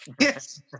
Yes